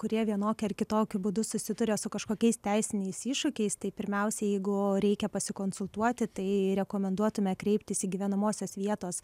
kurie vienokiu ar kitokiu būdu susiduria su kažkokiais teisiniais iššūkiais tai pirmiausiai jeigu reikia pasikonsultuoti tai rekomenduotume kreiptis į gyvenamosios vietos